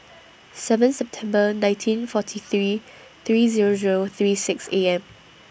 seven September nineteen forty three three Zero Zero thirty six